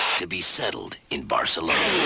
to be settled in barcelona